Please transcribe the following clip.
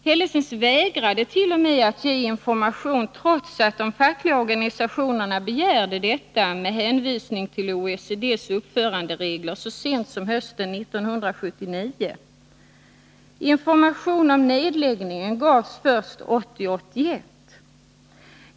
Hellesens vägrade t.o.m. att ge information trots att de fackliga organisationerna med hänvisning till OECD:s uppföranderegler begärde detta så sent som hösten 1979. Information om nedläggningen gavs först 1980/81.